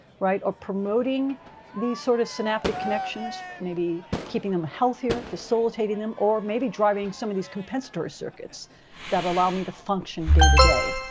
right? are promoting these sort of synaptic connections, maybe keeping them healthier, facilitating them, or maybe driving some of these compensatory circuits that allow me to function day-to-day.